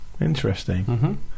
Interesting